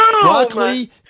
Broccoli